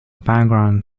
background